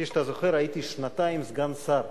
כפי שאתה זוכר, הייתי שנתיים סגן שר,